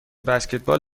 بسکتبال